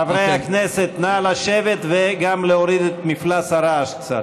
חברי הכנסת, נא לשבת וגם להוריד את מפלס הרעש קצת.